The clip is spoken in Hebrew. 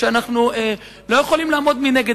אנחנו לא יכולים לעמוד מנגד.